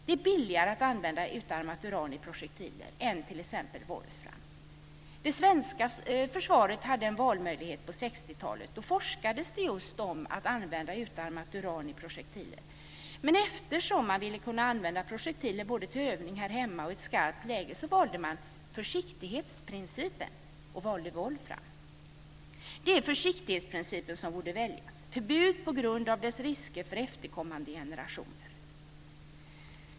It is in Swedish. Det är billigare att använda utarmat uran i projektiler än t.ex. wolfram. Det svenska försvaret hade en valmöjlighet på 60 talet. Då forskades det just om användningen av utarmat uran i projektiler. Men eftersom man ville kunna använda projektiler både till övningar här hemma och i ett skarpt läge, valde man försiktighetsprincipen och valde wolfram. Det är försiktighetsprincipen som borde väljas och förbud införas på grund av riskerna för efterkommande generationer.